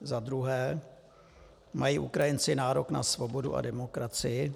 Za druhé: Mají Ukrajinci nárok na svobodu a demokracii?